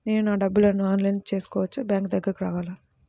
నేను నా డబ్బులను ఆన్లైన్లో చేసుకోవచ్చా? బ్యాంక్ దగ్గరకు రావాలా?